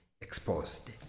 exposed